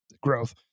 growth